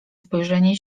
spojrzenie